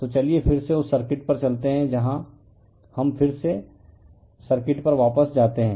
तो चलिए फिर से उस सर्किट पर चलते हैं यहाँ हम फिर से सर्किट पर वापस जाते हैं